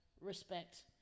respect